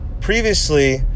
previously